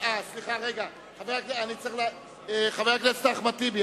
חבר הכנסת אחמד טיבי,